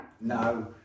no